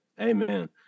Amen